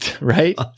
Right